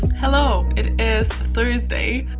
hello it is thursday